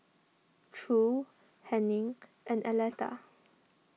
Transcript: True Hennie and Aleta